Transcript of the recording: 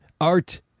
Art